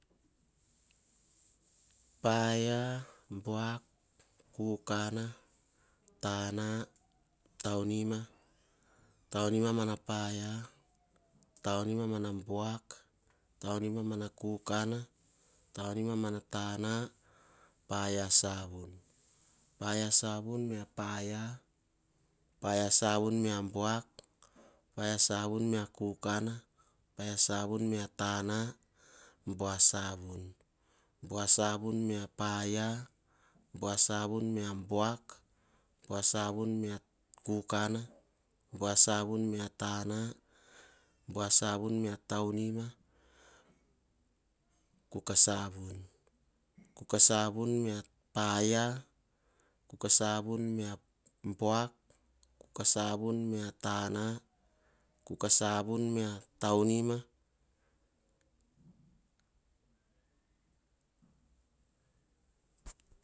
Tanah, tauonima, tauniva na paia, taunima buak, taunima kukana, taunima tanah, paia savun. Paia savun me apaia, paia savun me abuak, paia savun me kukana, paia savun me atanah, paia savun mana tana, buah savun, buah savun mana paia, buah savun mane buak, buah savun mane kukana, buah savun mane tanah, buah savun mane taunivan, buah savon. Kuka savon me apaia, kuka savon me buak, kukan savon mane kukana, kuka savon mane tana, kuka savon mane tainiva.